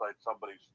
Somebody's